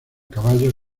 caballos